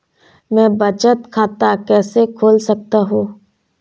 मैं बचत खाता कैसे खोल सकता हूँ?